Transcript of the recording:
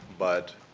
but